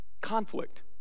Conflict